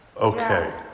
Okay